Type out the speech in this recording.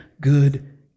good